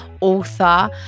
author